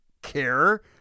care